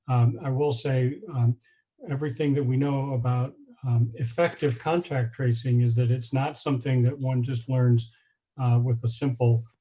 i will say everything that we know about effective contact tracing is that it's not something that one just learns with a simple,